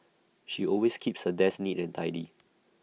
she always keeps her desk neat and tidy